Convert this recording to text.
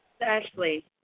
Ashley